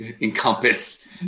encompass